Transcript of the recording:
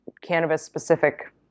cannabis-specific